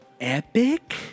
epic